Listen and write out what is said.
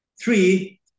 Three